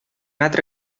altre